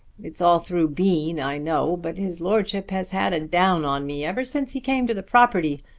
it's all through bean i know, but his lordship has had a down on me ever since he came to the property.